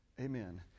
Amen